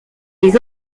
les